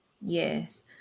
Yes